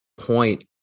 point